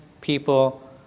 people